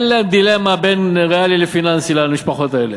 אין להם דילמה בין ריאלי לפיננסי למשפחות האלה,